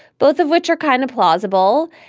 both of which are kind of plausible.